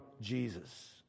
Jesus